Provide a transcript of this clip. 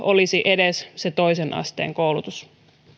olisi edes se toisen asteen koulutus